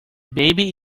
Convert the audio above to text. baby